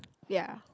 ya